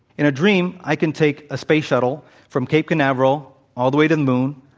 in a dream, i can take a space shuttle from cape canaveral all the way to the moon,